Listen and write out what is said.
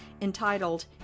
entitled